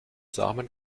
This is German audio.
samen